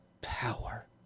power